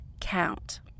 count